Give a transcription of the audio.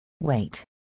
Wait